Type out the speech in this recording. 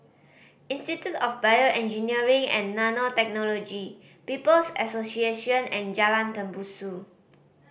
Institute of BioEngineering and Nanotechnology People's Association and Jalan Tembusu